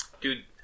Dude